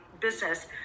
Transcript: business